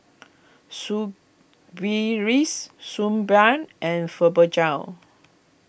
Suu Balm and Fibogel